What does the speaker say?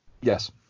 Yes